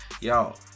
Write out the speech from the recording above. Y'all